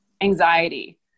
anxiety